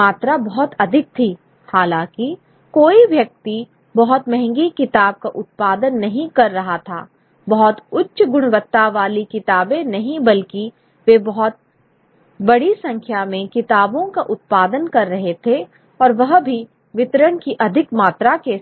मात्रा बहुत अधिक थी हालांकि कोई व्यक्ति बहुत महंगी किताब का उत्पादन नहीं कर रहा था बहुत उच्च गुणवत्ता वाली किताबें नहीं बल्कि वे बहुत बड़ी संख्या में किताबों का उत्पादन कर रहे थे और वह भी वितरण की अधिक मात्रा के साथ